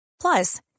Plus